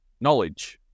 knowledge